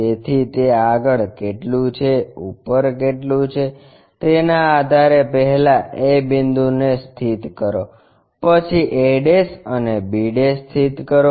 તેથી તે આગળ કેટલું છે ઉપર કેટલું છે તેના આધારે પહેલા a બિંદુને સ્થિત કરો પછી a અને b સ્થિત કરો